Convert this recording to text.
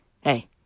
Hey